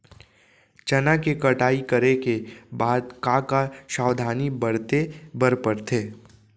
चना के कटाई करे के बाद का का सावधानी बरते बर परथे?